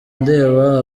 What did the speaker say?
undeba